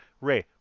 Ray